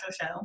show